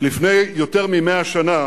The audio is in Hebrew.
לפני יותר מ-100 שנה